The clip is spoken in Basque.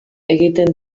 egiten